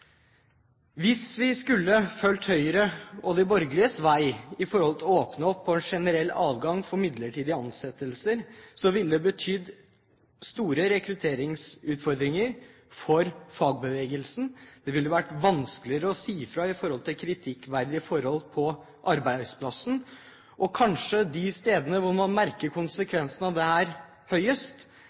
Hvis vi skulle fulgt Høyres og de borgerliges vei når det gjelder å åpne opp og gi generell adgang for midlertidige ansettelser, ville det betydd store rekrutteringsutfordringer for fagbevegelsen. Det ville vært vanskeligere å si fra om kritikkverdige forhold på arbeidsplassen. Kanskje de stedene man merker konsekvensene av